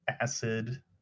Acid